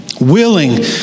Willing